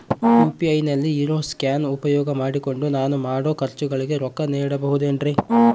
UPI ನಲ್ಲಿ ಇರೋ scan ಉಪಯೋಗ ಮಾಡಿಕೊಂಡು ನಾನು ಮಾಡೋ ಖರ್ಚುಗಳಿಗೆ ರೊಕ್ಕ ನೇಡಬಹುದೇನ್ರಿ?